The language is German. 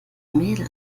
mädel